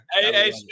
Hey